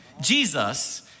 Jesus